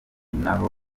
naho